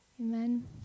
Amen